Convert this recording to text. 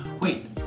Wait